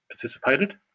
participated